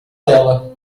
ela